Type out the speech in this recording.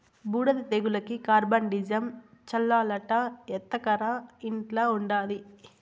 బూడిద తెగులుకి కార్బండిజమ్ చల్లాలట ఎత్తకరా ఇంట్ల ఉండాది